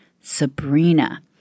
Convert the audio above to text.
Sabrina